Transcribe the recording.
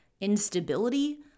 instability